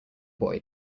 boy